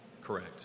Correct